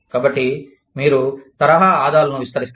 కాబట్టి మీరు తరహా ఆదాలను విస్తరిస్తారు